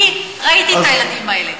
אני ראיתי את הילדים האלה.